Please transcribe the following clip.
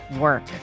work